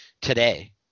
today